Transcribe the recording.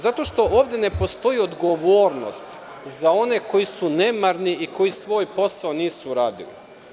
Zato što ovde ne postoji odgovornost za one koji su nemarni i koji svoj posao nisu radili.